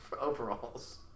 overalls